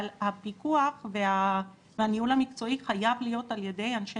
אבל הפיקוח והניהול המקצועי חייב להיות על ידי אנשי